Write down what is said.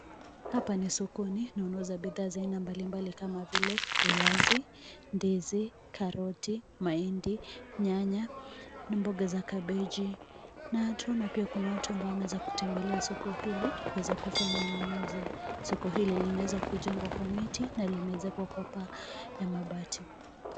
Hapa ni sokoni na unaona bidhaa mbalimbali kama vile viazi, ndizi, karoti ,mahindi , nyanya na mboga za kabeji . Na tunaona pia kuna watu ambao wameweza kutembelea soko hili, kuweza kufanya ununuzi. Soko hili limeweza kujengwa kwa miti na limeezekwa kwa paa ya mabati.